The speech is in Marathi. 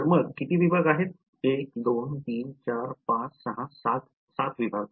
तर मग किती विभाग आहेत 1 2 3 4 5 6 7 विभाग